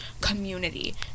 community